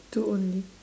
two only